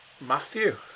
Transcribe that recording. Matthew